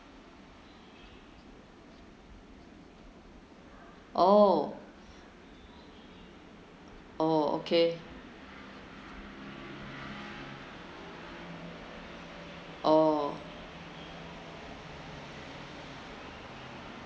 orh orh okay orh